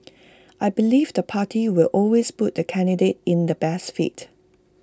I believe the party will always put the candidate in the best fit